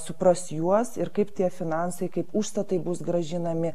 supras juos ir kaip tie finansai kaip užstatai bus grąžinami